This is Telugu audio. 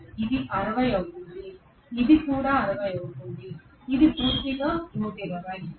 ఇది 60 అవుతుంది ఇది కూడా 60 అవుతుంది ఇది పూర్తిగా 120